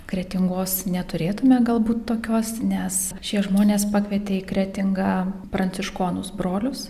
kretingos neturėtume galbūt tokios nes šie žmonės pakvietė į kretingą pranciškonus brolius